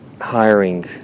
hiring